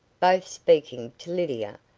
both speaking to lydia,